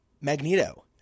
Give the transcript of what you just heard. Magneto